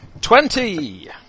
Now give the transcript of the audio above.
Twenty